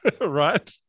right